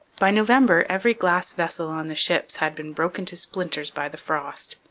by november every glass vessel on the ships had been broken to splinters by the frost.